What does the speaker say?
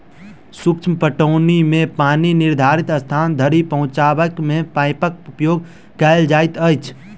सूक्ष्म पटौनी मे पानि निर्धारित स्थान धरि पहुँचयबा मे पाइपक उपयोग कयल जाइत अछि